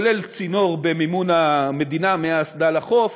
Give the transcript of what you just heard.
כולל צינור במימון המדינה מהאסדה לחוף,